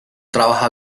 trabaja